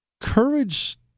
courage